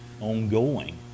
ongoing